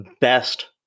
best